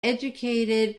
educated